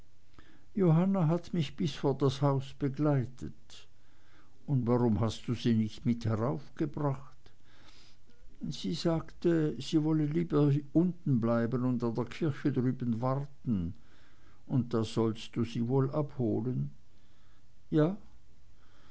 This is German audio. johanna hat mich bis vor das haus begleitet und warum hast du sie nicht mit heraufgebracht sie sagte sie wolle lieber unten bleiben und an der kirche drüben warten und da sollst du sie wohl abholen ja